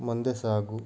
ಮುಂದೆ ಸಾಗು